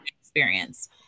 experience